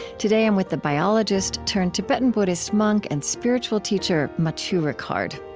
today, i'm with the biologist turned tibetan buddhist monk and spiritual teacher, matthieu ricard.